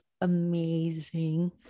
amazing